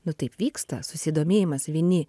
nu taip vyksta susidomėjimas vieni